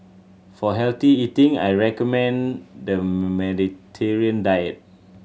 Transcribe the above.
for healthy eating I recommend the Mediterranean diet